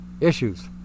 issues